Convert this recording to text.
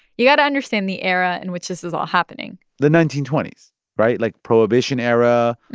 you got to understand the era in which this was all happening the nineteen twenty s right? like, prohibition era.